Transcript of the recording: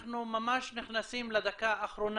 אנחנו ממש נכנסים לדקה האחרונה.